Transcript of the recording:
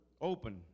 Open